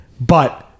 but-